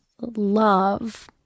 love